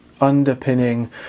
underpinning